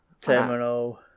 terminal